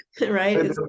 right